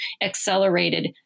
accelerated